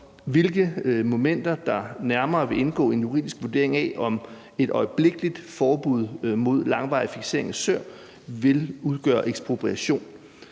hvilke momenter der nærmere vil indgå i en juridisk vurdering af, om et øjeblikkeligt forbud mod langvarig fiksering af søer vil udgøre ekspropriation.